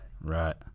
Right